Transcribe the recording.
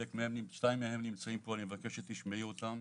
שניים מהם נמצאים פה ואני מבקש שתשמעי אותם.